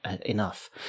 enough